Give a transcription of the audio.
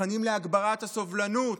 תכנים להגברת הסובלנות,